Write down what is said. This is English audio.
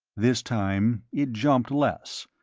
this time it jumped less,